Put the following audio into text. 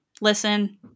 listen